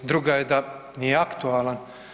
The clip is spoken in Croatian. Druga je da nije aktualan.